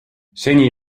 seni